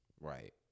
Right